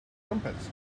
trumpets